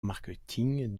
marketing